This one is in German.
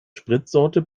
spritsorte